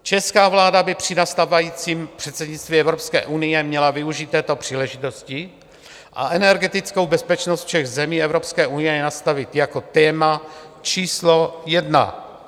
Česká vláda by při nastávajícím (?) předsednictví Evropské unie měla využít této příležitosti a energetickou bezpečnost všech zemí EU nastavit jako téma číslo jedna.